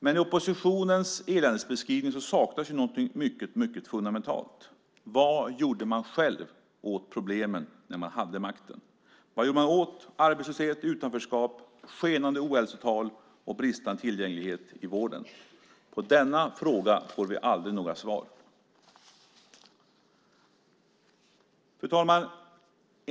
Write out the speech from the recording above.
Men i oppositionens eländesbeskrivning saknas något fundamentalt: Vad gjorde man själv åt Sveriges problem när man hade makten? Vad gjorde man åt arbetslöshet och utanförskap, skenande ohälsotal och bristande tillgänglighet till vården? På denna fråga får vi aldrig några svar. Fru talman!